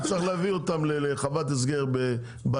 הוא צריך להביא אותם לחוות הסגר בערבה,